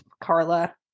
Carla